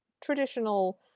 traditional